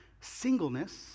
singleness